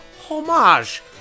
homage